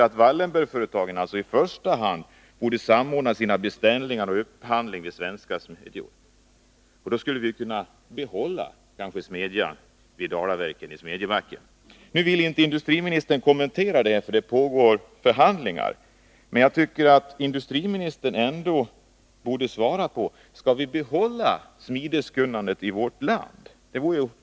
Wallenbergföretagen borde i första hand kunna samordna sina beställningar och sin upphandling med svenska smedjor. Då skulle vi kanske kunna behålla smedjan vid Dalaverken i Smedjebacken. Industriministern vill inte kommentera situationen, eftersom förhandlingar pågår, men jag tycker att industriministern borde svara på den oerhört viktiga frågan: Skall vi behålla smideskunnandet i vårt land?